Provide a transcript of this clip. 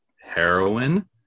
heroin